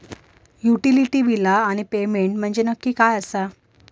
Utility बिला आणि payment म्हंजे नक्की काय आसा?